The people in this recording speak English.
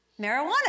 Marijuana